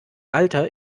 alter